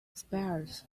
spears